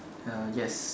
uh yes